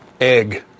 egg